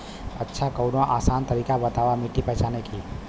अच्छा कवनो आसान तरीका बतावा मिट्टी पहचाने की?